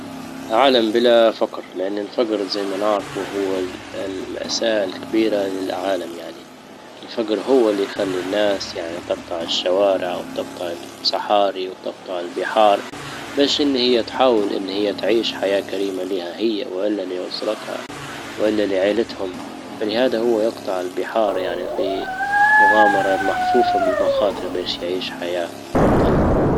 عالم بلا فقر لان الفقر زي ما نعرف وهو المأساة الكبيرة للعالم يعني. الفقر هو اللي يخلي الناس يعني تجطع الشوارع وتجطع الصحاري وتجطع البحار باش ان هي تحاول ان هي تعيش حياة كريمة ليها هي والا لاسرتها وال لعيلتهم. فلهذا هو يجطع البحار يعني في مغامرة محفوفة بالمخاطر باش يعيش حياة افضل